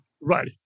Right